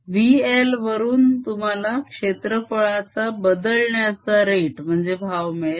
vl वरून तुम्हाला क्षेत्रफळाचा बदलण्याचा रेटभाव मिळेल